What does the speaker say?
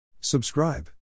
Subscribe